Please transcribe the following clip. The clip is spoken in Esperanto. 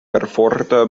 perforta